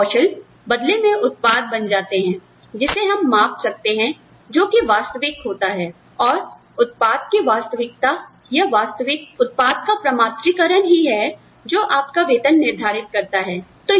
और यह कौशल बदले में उत्पाद बन जाते हैं जिसे हम माप सकते हैं जो कि वास्तविक होता है और उत्पाद की वास्तविकता या वास्तविक उत्पाद का प्रमात्रीकरण ही है जो आपका वेतन निर्धारित करता है